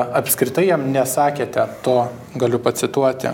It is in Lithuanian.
apskritai jam nesakėte to galiu pacituoti